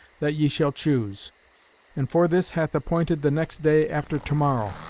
that ye shall choose and for this hath appointed the next day after to-morrow.